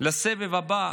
לסבב הבא,